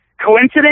Coincidence